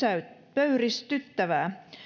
pöyristyttävää